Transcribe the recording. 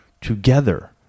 together